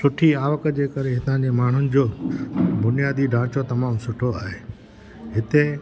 सुठी आवक जे करे हितांजे माण्हुनि जो बुनियादी ढांचो तमामु सुठो आहे हिते